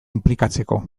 inplikatzeko